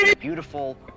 Beautiful